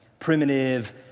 primitive